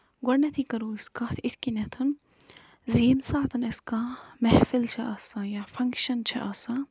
گۄڈٕنیتھٕے کرو أسۍ کَتھ یِتھ کنیتھ زِ ییٚمہِ ساتن أسۍ کانہہ محفل چھِ آسان یا فَنگشن چھ آسان